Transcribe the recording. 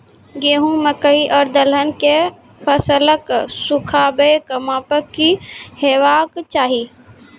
गेहूँ, मकई आर दलहन के फसलक सुखाबैक मापक की हेवाक चाही?